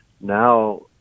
now